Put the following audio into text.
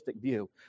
view